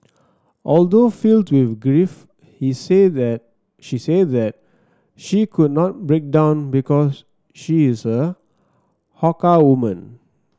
although filled with grief he said that she said that she could not break down because she is a Hakka woman